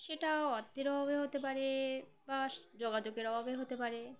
সেটা অর্থের অভাবে হতে পারে বা যোগাযোগের অভাবে হতে পারে